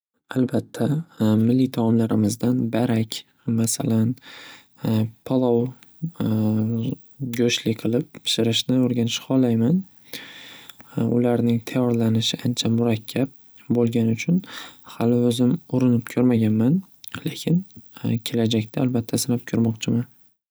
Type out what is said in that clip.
Albatta milliy taomlarimizdan barak. Masalan, palov go'shtli qilib pishirishni o'rganishini xohlayman. Ularning tayyorlanishi ancha murakkab bo'lgani uchun hali o'zim urinib ko'rmaganman. Lekin kelajakda albatta sinab ko'rmoqchiman.